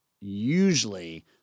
usually